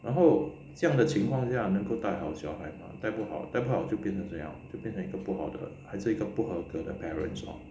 然后这样的情况下能够带好小孩嘛带不好带不好就变得这样咯就变得不好的还是一个不好的 parents 咯